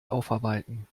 aufarbeiten